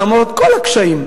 למרות כל הקשיים.